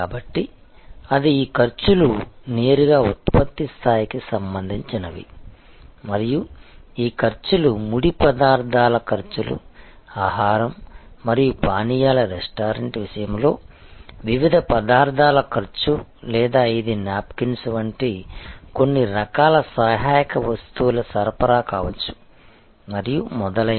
కాబట్టి అది ఈ ఖర్చులు నేరుగా ఉత్పత్తి స్థాయికి సంబంధించినవి మరియు ఈ ఖర్చులు ముడి పదార్థాల ఖర్చులు ఆహారం మరియు పానీయాల రెస్టారెంట్ విషయంలో వివిధ పదార్థాల ఖర్చు లేదా ఇది నాప్కిన్స్ వంటి కొన్ని రకాల సహాయక వస్తువుల సరఫరా కావచ్చు మరియు మొదలైనవి